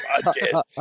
podcast